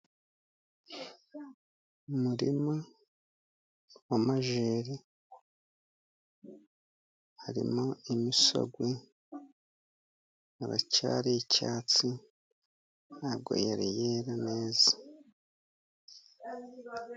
Umuririma w'amajeri harimo imisogwe, aracyari icyatsi ntabwo yari yera neza.